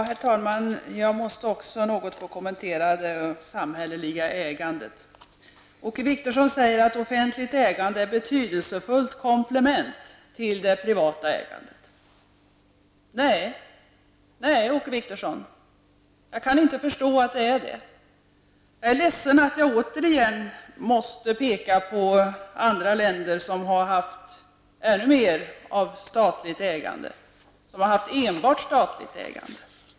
Herr talman! Jag måste också något få kommentera det samhälleliga ägandet. Åke Wictorsson säger att offentligt ägande är ett betydelsefullt komplement till det privata ägande. Nej, Åke Wictorsson, jag kan inte förstå att det är det. Jag är ledsen att jag återigen måste peka på andra länder som har haft ännu mer av statligt ägande, som har haft enbart statligt ägande.